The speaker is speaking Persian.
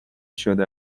شده